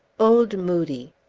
old moodie